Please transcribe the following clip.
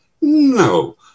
no